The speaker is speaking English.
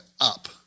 up